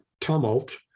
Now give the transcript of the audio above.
tumult